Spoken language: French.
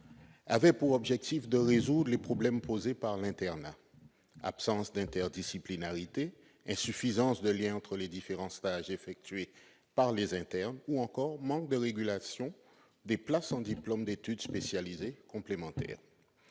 avait pour objectif de résoudre les problèmes posés par l'internat : absence d'interdisciplinarité, insuffisance de lien entre les différents stages effectués par les internes ou encore manque de régulation des places en diplôme d'études spécialisées complémentaires,